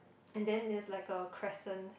and then there's like a crescent